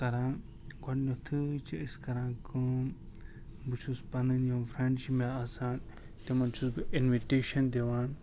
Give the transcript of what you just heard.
کران گۄڈٕنٮ۪تھے چھِ أسۍ کران کٲم بہٕ چھُ پنٕنۍ یِم فرینڈ چھِ مےٚ آسان تِمن چھُس بہِ انوِٹیشن دِوان